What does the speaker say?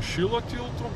šilo tiltu